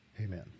Amen